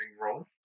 wrong